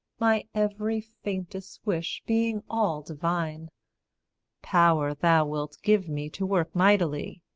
my every faintest wish being all divine power thou wilt give me to work mightily,